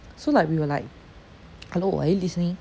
so like we were like hello are you listening